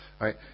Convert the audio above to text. right